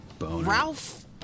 ralph